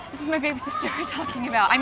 this is my baby sister you're talking about. um